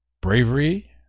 Bravery